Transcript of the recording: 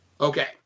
Okay